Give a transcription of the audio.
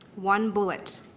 one bullet.